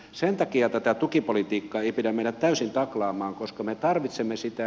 sen takia tätä tukipolitiikkaa ei pidä mennä täysin taklaamaan koska me tarvitsemme sitä